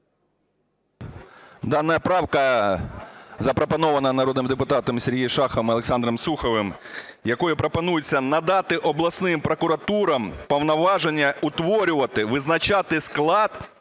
Дана правка запропонована народними депутатами Сергієм Шаховим і Олександром Суховим, якою пропонується надати обласним прокуратурам повноваження утворювати, визначати склад,